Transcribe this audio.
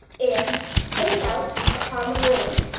and getting out upon the roof,